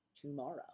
tomorrow